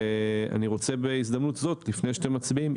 ואני רוצה בהזדמנות זאת לפני שאתם מצביעים,